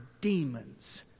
demons